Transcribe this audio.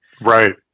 right